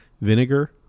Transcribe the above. vinegar